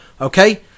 okay